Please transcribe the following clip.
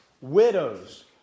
Widows